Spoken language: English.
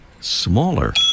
smaller